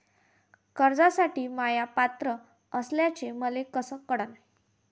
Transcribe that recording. कर्जसाठी म्या पात्र असल्याचे मले कस कळन?